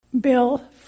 Bill